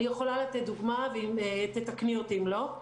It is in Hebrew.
אני יכולה לתת דוגמה ותתקני אותי אם לא.